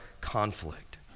conflict